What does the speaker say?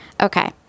Okay